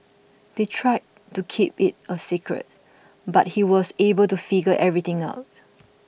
they tried to keep it a secret but he was able to figure everything out